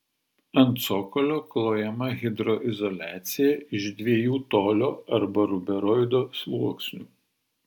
ant cokolio klojama hidroizoliacija iš dviejų tolio arba ruberoido sluoksnių